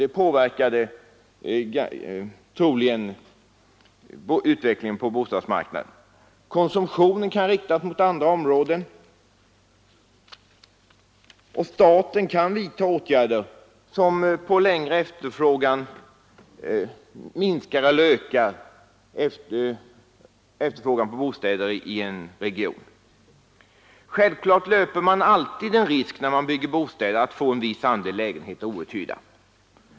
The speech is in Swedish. Det påverkade troligen utvecklingen på bostadsmarknaden. Vidare kan konsumtionen riktas mot andra områden, eller staten kan vidta åtgärder som på längre sikt minskar eller ökar efterfrågan på bostäder i en region. Självfallet löper man alltid den risken, när man bygger bostäder, att en viss del av beståndet kommer att vara outhyrt.